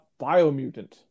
BioMutant